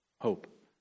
Hope